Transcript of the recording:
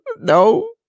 No